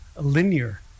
linear